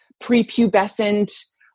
prepubescent